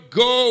go